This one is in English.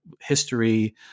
history